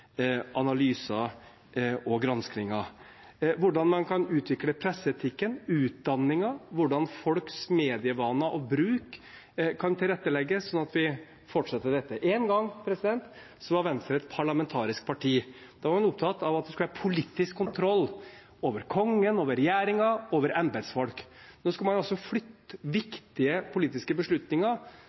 analyser og granskninger; hvordan man kan utvikle presseetikken, utdanningen; hvordan folks medievaner og -bruk kan tilrettelegges – sånn at vi fortsetter dette? En gang var Venstre et parlamentarisk parti. Da var man opptatt av at det skulle være politisk kontroll over kongen, over regjeringen og over embetsfolk. Nå skal man altså flytte viktige politiske beslutninger